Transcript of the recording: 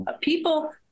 people